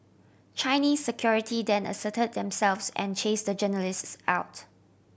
Chinese security then assert themselves and chase the journalists out